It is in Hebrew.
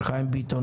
חיים ביטון,